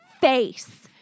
face